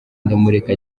ndamureka